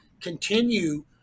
continue